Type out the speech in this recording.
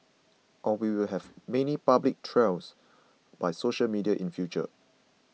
or we will have many public trials by social media in future